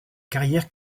carrière